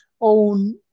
own